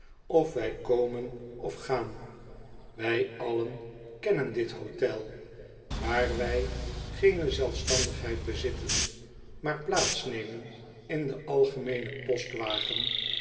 of wij komen of gaan wij allen kennen dit hotel waar wij geene zelfstandigheid bezitten maar plaats nemen in den algemeenen